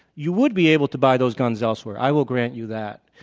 you would be able to buy those guns elsewhere, i will grant you that.